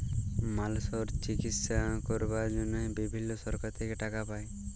মালসর চিকিশসা ক্যরবার জনহে বিভিল্ল্য সরকার থেক্যে টাকা পায়